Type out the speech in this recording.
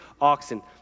oxen